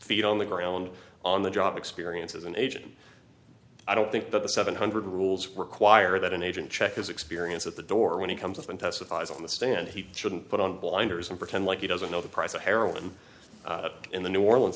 feed on the ground on the job experience as an agent i don't think that the seven hundred dollars rules require that an agent check his experience at the door when he comes up and testifies on the stand he shouldn't put on blinders and pretend like he doesn't know the price of heroin in the new orleans